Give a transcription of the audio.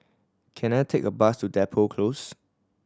can I take a bus to Depot Close